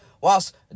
Whilst